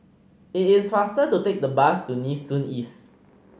it is faster to take the bus to Nee Soon East